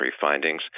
findings